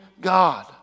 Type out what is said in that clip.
God